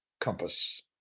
compass